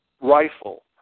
rifle